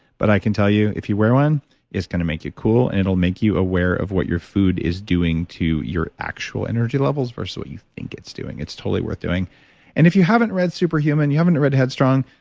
but i can tell you, if you wear one, it is going to make you cool and it will make you aware of what your food is doing to your actual energy levels versus what you think it's doing it's totally worth doing and if you haven't read super human, you haven't read head strong,